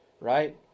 right